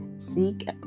Seek